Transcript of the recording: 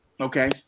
okay